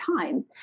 times